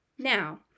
Now